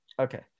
Okay